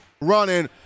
running